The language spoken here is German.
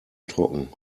trocken